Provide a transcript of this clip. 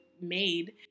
made